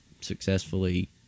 successfully